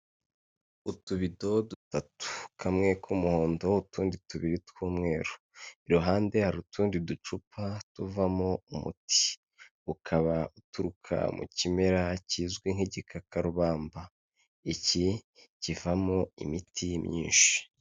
Utubido dutatu. Kamwe k'umuhondo utundi tubiri tw'umweru, iruhande hari utundi ducupa tuvamo umuti. Ukaba uturuka mu kimera kizwi nk'igikakarubamba. Iki kivamo imiti myinshi.